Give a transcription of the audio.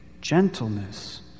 Gentleness